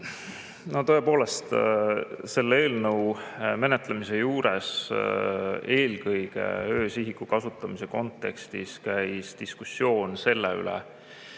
Tõepoolest, selle eelnõu menetlemise juures eelkõige öösihiku kasutamise kontekstis käis diskussioon selle üle,